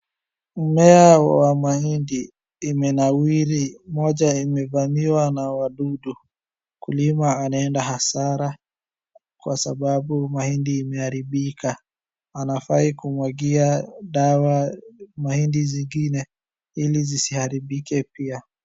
Mmea wa mahindi umenawiri. Moja imevamiwa na wadudu, mkulima anaenda hasara kwa sababu mahindi imeharibika. Anafaa kumwagia dawa mahindi zingine ili zisiharibike pia.